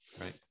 Right